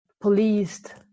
policed